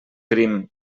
crim